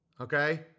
okay